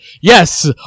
yes